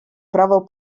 prawo